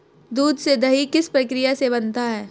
दूध से दही किस प्रक्रिया से बनता है?